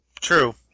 True